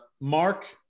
mark